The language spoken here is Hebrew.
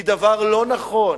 היא דבר לא נכון,